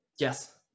Yes